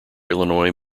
illinois